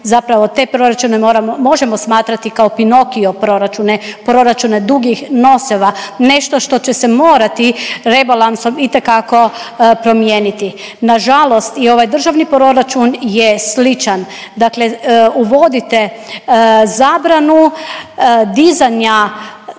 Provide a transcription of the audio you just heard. zapravo te proračune moramo, možemo smatrati kao Pinokio proračune, proračune dugih noseva nešto što će se morati rebalansom itekako promijeniti. Nažalost i ovaj državni proračun je sličan, dakle uvodite zabranu dizanja